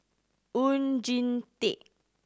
Oon Jin Teik